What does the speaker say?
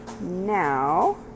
now